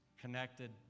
connected